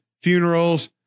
funerals